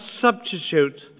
substitute